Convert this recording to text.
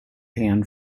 pan